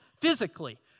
physically